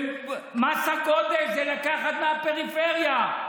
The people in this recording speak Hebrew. מס הגודש זה לקחת מהפריפריה,